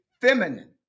feminine